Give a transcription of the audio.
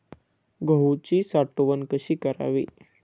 गहूची साठवण कशी करावी?